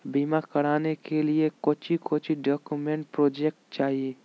बीमा कराने के लिए कोच्चि कोच्चि डॉक्यूमेंट प्रोजेक्ट चाहिए?